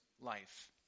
life